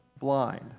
blind